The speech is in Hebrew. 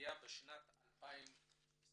יגיע בשנת 2025